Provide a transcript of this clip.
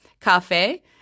cafe